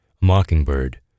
Mockingbird